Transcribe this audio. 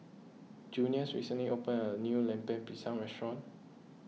Junius recently opened a new Lemper Pisang Restaurant